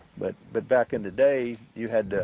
but but back in the day you had